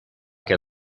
que